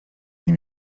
nie